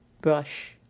Brush